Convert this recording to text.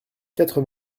quatre